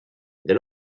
del